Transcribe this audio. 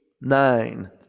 nine